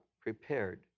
prepared